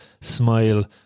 smile